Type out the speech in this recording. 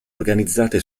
organizzate